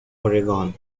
oregon